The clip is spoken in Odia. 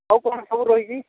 ଆଉ କ'ଣ ସବୁ ରହିଛି